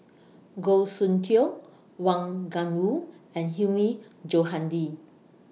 Goh Soon Tioe Wang Gungwu and Hilmi Johandi